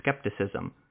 skepticism